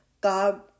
God